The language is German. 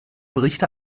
berichte